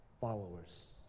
followers